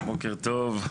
בוקר טוב.